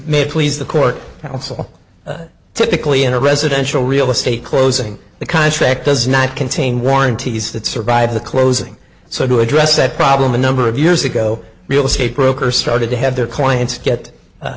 may please the court counsel typically in a residential real estate closing the contract does not contain warranties that survived the closing so to address that problem a number of years ago real estate brokers started to have their clients get